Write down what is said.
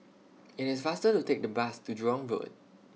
IT IS faster to Take The Bus to Jurong Road